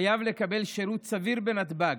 חייב לקבל שירות סביר בנתב"ג.